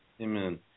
Amen